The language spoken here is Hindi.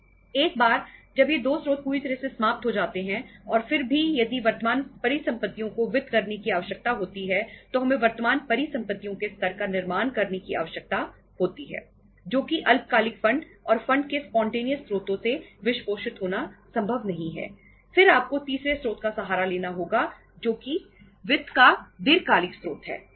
एक बार जब ये 2 स्रोत पूरी तरह से समाप्त हो जाते हैं और फिर भी यदि वर्तमान परिसंपत्तियों को वित्त करने की आवश्यकता होती है तो हमें वर्तमान परिसंपत्तियों के स्तर का निर्माण करने की आवश्यकता होती है जो कि अल्पकालिक फंड स्रोतों से वित्तपोषित होना संभव नहीं है फिर आपको तीसरे स्रोत का सहारा लेना होगा जो कि वित्त का दीर्घकालिक स्रोत है